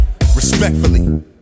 respectfully